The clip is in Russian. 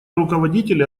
руководители